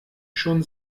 schon